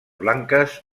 blanques